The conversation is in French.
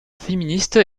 féministe